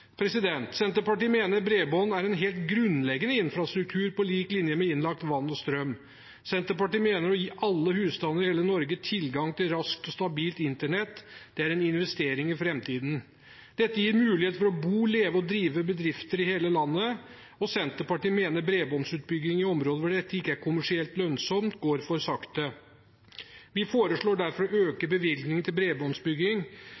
Senterpartiet mener bredbånd er en helt grunnleggende infrastruktur, på lik linje med innlagt vann og strøm. Senterpartiet mener at å gi alle husstander i hele Norge tilgang til raskt og stabilt Internett er en investering i framtiden. Dette gir mulighet for å bo, leve og drive bedrifter i hele landet, og Senterpartiet mener bredbåndsutbyggingen i områder hvor dette ikke er kommersielt lønnsomt, går for sakte. Vi foreslår derfor å